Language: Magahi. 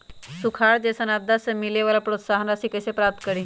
सुखार जैसन आपदा से मिले वाला प्रोत्साहन राशि कईसे प्राप्त करी?